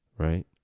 Right